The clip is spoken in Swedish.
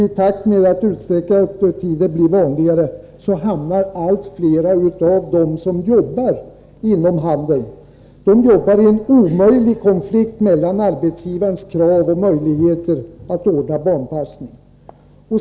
I takt med att utsträckta öppettider blir allt vanligare hamnar allt fler av dem som jobbar inom handeln i en konflikt mellan arbetsgivarens krav och möjligheterna att ordna barnpassning.